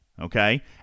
okay